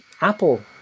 Apple